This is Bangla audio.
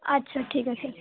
আচ্ছা ঠিক আছে